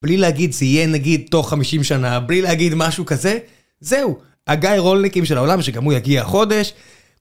בלי להגיד שזה יהיה נגיד תוך חמישים שנה, בלי להגיד משהו כזה. זהו, הגאי רולניקים של העולם שגם הוא יגיע חודש.